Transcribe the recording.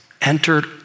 entered